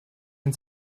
ins